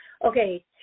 Okay